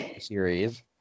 series